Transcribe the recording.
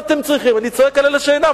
אני צועק על אלה שאינם.